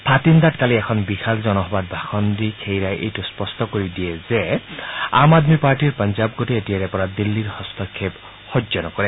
ভাটিন্দাত কালি এখন বিশাল জনসভাত ভাষণ দি খেইৰাই এইটো স্পষ্ট কৰি দিয়ে যে আম আদমী পাৰ্টীৰ পঞ্জাব গোটে এতিয়াৰে পৰা দিল্লীৰ হস্তক্ষেপ সহ্য নকৰে